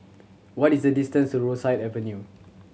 what is the distance to Rosyth Avenue